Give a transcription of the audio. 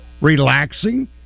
relaxing